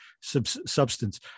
substance